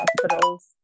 hospitals